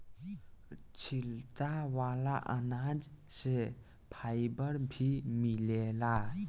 छिलका वाला अनाज से फाइबर भी मिलेला